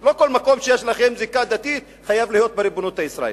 לא כל מקום שיש לכם זיקה דתית אליו חייב להיות בריבונות הישראלית.